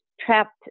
trapped